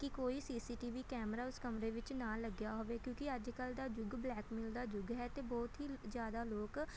ਕਿ ਕੋਈ CCTV camera ਉਸ ਕਮਰੇ ਵਿੱਚ ਨਾ ਲੱਗਿਆ ਹੋਵੇ ਕਿਉਂਕਿ ਅੱਜ ਕੱਲ੍ਹ ਦਾ ਯੁੱਗ ਬਲੈਕਮੇਲ ਦਾ ਯੁੱਗ ਹੈ ਅਤੇ ਬਹੁਤ ਹੀ ਜ਼ਿਆਦਾ ਲੋਕ